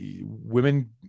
women